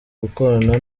gukorana